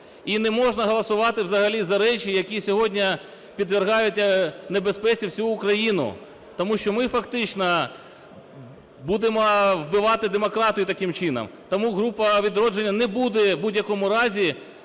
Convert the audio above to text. І не можна голосувати взагалі за речі, які сьогодні подвергают небезпеці всю Україну, тому що ми фактично будемо вбивати демократію таким чином. Тому група "Відродження" не буде в будь-якому разі